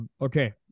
okay